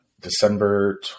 december